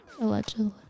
allegedly